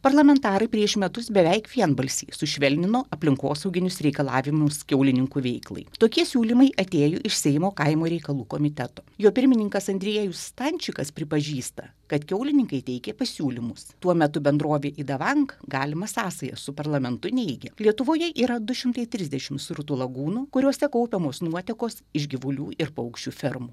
parlamentarai prieš metus beveik vienbalsiai sušvelnino aplinkosauginius reikalavimus kiaulininkų veiklai tokie siūlymai atėjo iš seimo kaimo reikalų komiteto jo pirmininkas andriejus stančikas pripažįsta kad kiaulininkai teikė pasiūlymus tuo metu bendrovė idavank galimą sąsają su parlamentu neigia lietuvoje yra du šimtai trisdešimt srutų lagūnų kuriose kaupiamos nuotekos iš gyvulių ir paukščių fermų